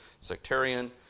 sectarian